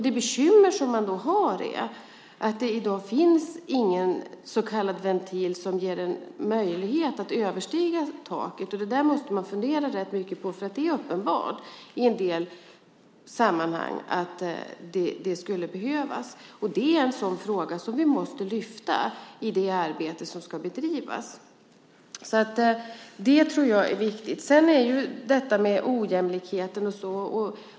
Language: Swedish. Det bekymmer man har är att det i dag inte finns någon så kallad ventil som ger en möjlighet att överstiga taket. Det måste man fundera rätt mycket på. Det är uppenbart i en del sammanhang att det skulle behövas. Det är en sådan fråga som vi måste lyfta fram i det arbete som ska bedrivas. Det tror jag är viktigt. Sedan gäller det frågan om ojämlikheten.